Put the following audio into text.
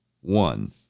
One